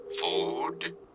Food